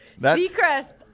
Seacrest